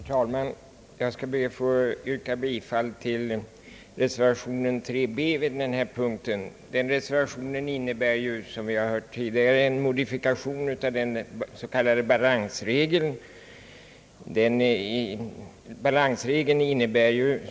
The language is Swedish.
Herr talman! Jag skall be att få yrka bifall till reservationen b vid denna punkt. Reservationen innebär, som vi tidigare hört, en modifikation av den s.k. balansregeln.